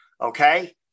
Okay